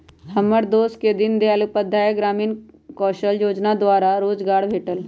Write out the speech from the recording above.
हमर दोस के दीनदयाल उपाध्याय ग्रामीण कौशल जोजना द्वारा रोजगार भेटल